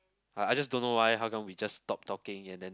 I just don't know why how come we just stopped talking and then